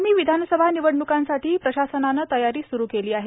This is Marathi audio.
आगामी विधानसभा निवडणुकांसाठी प्रशासनानं तयारी सुरू केली आहे